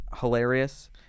Hilarious